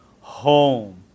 home